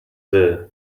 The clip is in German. will